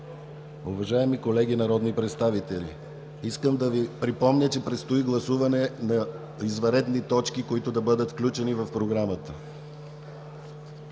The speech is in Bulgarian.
Уважаеми колеги народни представители, искам да Ви припомня, че предстои гласуване на извънредни точки, които да бъдат включени в Програмата.